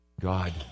God